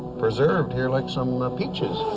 preserved here, like some peaches.